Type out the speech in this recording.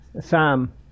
Sam